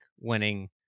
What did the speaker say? winning